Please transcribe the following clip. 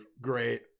great